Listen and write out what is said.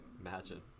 imagine